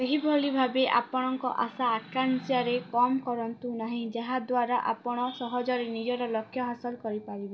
ସେହିଭଳି ଭାବେ ଆପଣଙ୍କ ଆଶା ଆକାଂକ୍ଷାରେ କମ୍ କରନ୍ତୁ ନାହିଁ ଯାହାଦ୍ଵାରା ଆପଣ ସହଜରେ ନିଜର ଲକ୍ଷ୍ୟ ହାସଲ କରିପାରିବେ